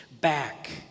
back